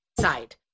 side